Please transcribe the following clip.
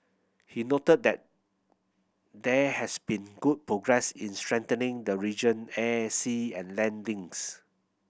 he noted that there has been good progress in strengthening the region air sea and land links